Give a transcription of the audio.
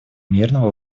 мирного